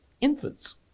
infants